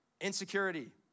insecurity